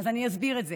אני אסביר את זה.